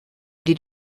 did